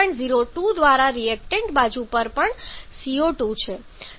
02 દ્વારા રિએક્ટન્ટ બાજુ પર પણ CO2 છે